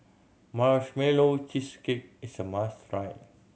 Marshmallow Cheesecake is a must try